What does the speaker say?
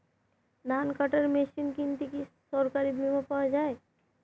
ধান কাটার মেশিন কিনতে কি সরকারী বিমা পাওয়া যায়?